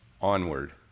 onward